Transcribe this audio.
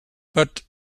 but